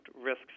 risks